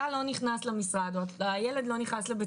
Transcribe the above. אתה לא נכנס למשרד או הילד לא נכנס לבית